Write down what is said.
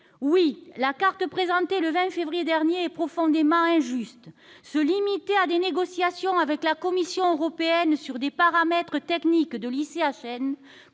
Oui, la carte présentée le 20 février dernier est profondément injuste ! Se limiter à des négociations avec la Commission européenne sur des paramètres techniques de l'ICHN